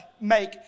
make